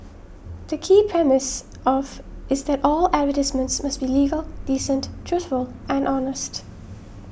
the key premise of is that all advertisements must be legal decent truthful and honest